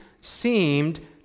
seemed